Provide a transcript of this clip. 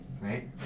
right